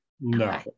no